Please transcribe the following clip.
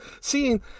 seeing